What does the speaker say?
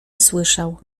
słyszał